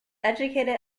educated